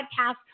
podcast